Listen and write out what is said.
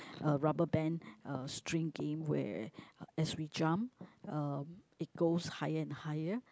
uh rubber band uh string game where as we jump uh it goes higher and higher